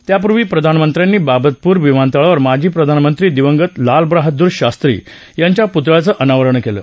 त्यापूर्वी प्रधानमंत्र्यांनी बाबतपूर विमानतळावर माजी प्रधानमंत्री दिवंगत लालबहादुर शास्त्री यांच्या पुतळ्याचं अनावरण केलं